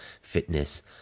fitness